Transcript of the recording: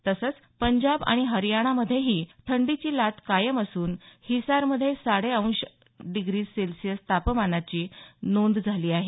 तसंच पंजाब आणि हरियानामध्येही थंडीची लाट कायम असून हिसारमध्ये साडे अंश डिग्री सेल्सीअस तापमानाची नोंद झाली आहे